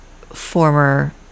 former